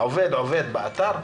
העובד נמצא באתר,